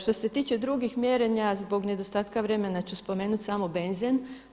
Što se tiče drugih mjerenja zbog nedostatka vremena ću spomenuti samo benzin.